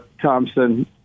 Thompson